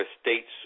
states